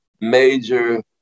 major